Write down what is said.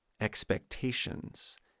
expectations